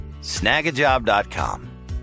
snagajob.com